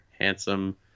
handsome